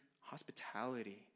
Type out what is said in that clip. hospitality